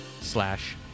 slash